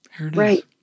right